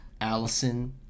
Allison